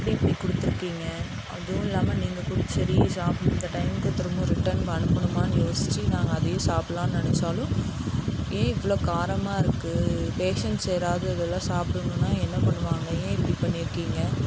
எப்படி இப்படி கொடுத்துருக்கீங்க அதுவும் இல்லாமல் நீங்கள் கொடுத்த சரி சாப்பிட இந்த டைமுக்கு திரும்ப ரிட்டன் அனுப்பணுமான்னு யோசித்து நாங்கள் அதையும் சாப்பிட்லானு நினச்சாலும் ஏன் இவ்வளோ காரமாக இருக்குது பேஷண்ட்ஸ் யாராவது இதெல்லாம் சாப்பிட்ணுன்னா என்ன பண்ணுவாங்க ஏன் இப்படி பண்ணியிருக்கீங்க